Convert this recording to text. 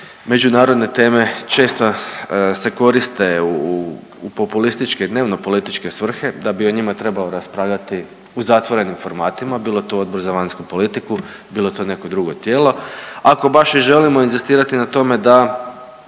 međunarodne teme često se koriste u populističke i dnevnopolitičke svrhe da bi o njima trebalo raspravljati u zatvorenim formatima bilo to Odbor za vanjsku politiku, bilo to neko drugo tijelo. Ako baš želimo inzistirati na tome da